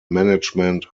management